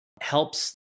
helps